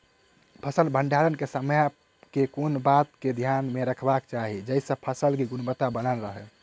फसल भण्डारण केँ समय केँ कुन बात कऽ ध्यान मे रखबाक चाहि जयसँ फसल केँ गुणवता बनल रहै?